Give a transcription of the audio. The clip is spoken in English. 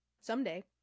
someday